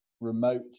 remote